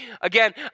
Again